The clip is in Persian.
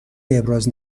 ابراز